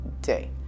day